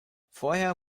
vorher